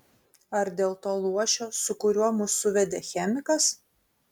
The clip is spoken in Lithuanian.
ar dėl to luošio su kuriuo mus suvedė chemikas